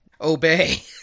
Obey